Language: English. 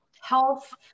health